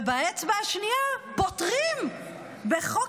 ובאצבע השנייה פוטרים בחוק